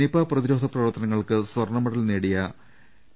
Nipah പ്രതിരോധ പ്രവർത്തനങ്ങൾക്ക് സ്വർണ മെഡൽ നേടിയ പി